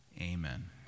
Amen